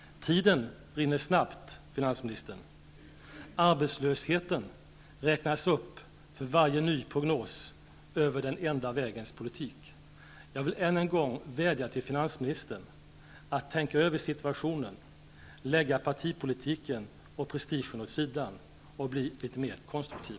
Tiden rinner snabbt, finansministern. Arbetslöshetssiffrorna räknas upp för varje ny prognos över den enda vägens politik. Jag vill än en gång vädja till finansministern att tänka över situationen, lägga partipolitiken och prestigen åt sidan och bli litet mer konstruktiv.